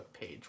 page